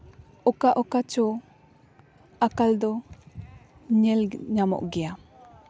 ᱚᱠᱟ ᱚᱠᱟ ᱪᱚ ᱟᱠᱟᱞ ᱫᱚ ᱧᱮᱞ ᱧᱟᱢᱚᱜ ᱜᱮᱭᱟ